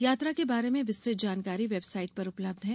यात्रा के बारे में विस्तृत जानकारी वेबसाइट पर उपलब्ध है